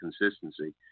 consistency